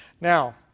Now